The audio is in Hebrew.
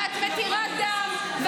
ואת מתירה דם,